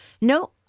no